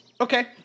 Okay